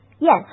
Yes